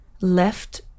left